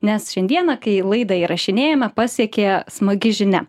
nes šiandieną kai laidą įrašinėjome pasiekė smagi žinia